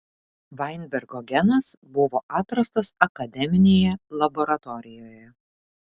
vainbergo genas buvo atrastas akademinėje laboratorijoje